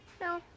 No